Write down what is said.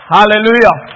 Hallelujah